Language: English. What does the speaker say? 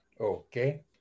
Okay